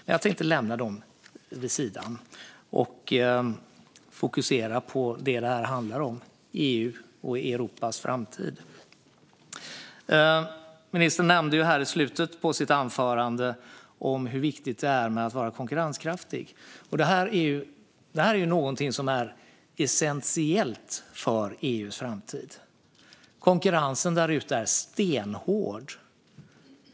Men jag tänkte lämna dem vid sidan av och fokusera på det som det här handlar om: EU och Europas framtid. Ministern nämnde i slutet av sitt anförande hur viktigt det är att vara konkurrenskraftig. Detta är någonting som är essentiellt för EU:s framtid. Konkurrensen där ute är stenhård.